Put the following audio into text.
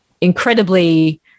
incredibly